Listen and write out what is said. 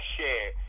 Share